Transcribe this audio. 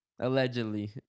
Allegedly